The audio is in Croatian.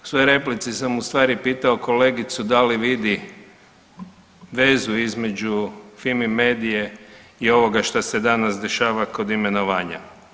U svojoj replici sam u stvari pitao kolegicu da li vidi vezu između Fimi-medie i onog što se danas dešava kod imenovanja.